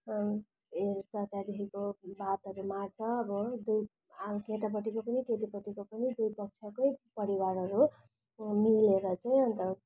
हेर्छ त्यहाँदेखिको बातहरू मार्छ अब जो अब केटापट्टिको पनि केटीपट्टिको पनि दुई पक्षकै परिवारहरू मिलेर चाहिँ अन्त